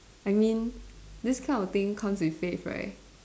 I mean this kind of thing comes with faith right